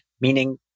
meaning